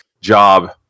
job